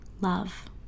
love